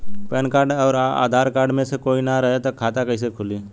Pan card आउर Aadhaar card मे से कोई ना रहे त खाता कैसे खुली?